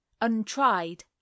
untried